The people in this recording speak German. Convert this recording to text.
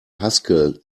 haskell